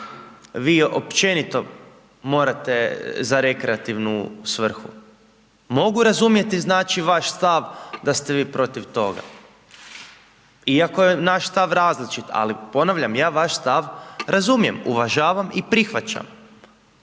vi općenito morate za rekreativnu svrhu. Mogu razumjeti vaš stav da ste vi protiv toga, iako je naš stav različit, ali ponavljam, ja vaš stav razumijem, uvažavam i prihvaćam.